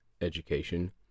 education